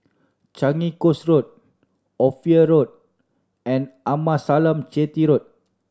Changi Coast Road Ophir Road and Amasalam Chetty Road